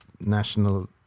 national